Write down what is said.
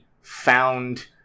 found